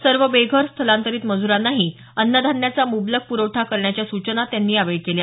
सर्व बेघर स्थलांतरित मज्रांनाही अन्नधान्याचा मुबलक पुरवठा करण्याच्या सूचना त्यांनी यावेळी केल्या